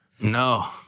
No